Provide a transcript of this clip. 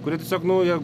kuri tiesiog nu jie